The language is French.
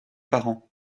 parents